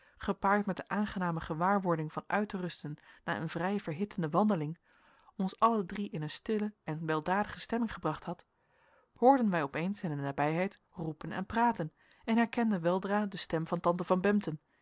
gepaard met de aangename gewaarwording van uit te rusten na eene vrij verhittende wandeling ons alle drie in een stille en weldadige stemming gebracht had hoorden wij opeens in de nabijheid roepen en praten en herkenden weldra de stem van tante van